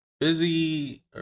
Busy